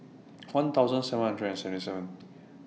one thousand seven hundred and seventy seven